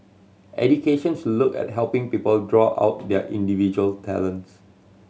education should look at helping people draw out their individual talents